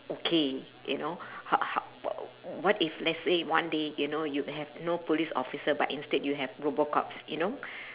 okay you know ho~ ho~ what if let's say one day you know you have no police officer but instead you have robo cops you know